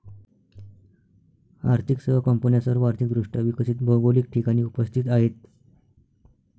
आर्थिक सेवा कंपन्या सर्व आर्थिक दृष्ट्या विकसित भौगोलिक ठिकाणी उपस्थित आहेत